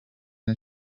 and